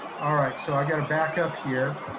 all right, so i gotta back up here.